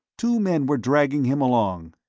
two men were dragging him along.